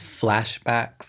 flashbacks